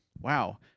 Wow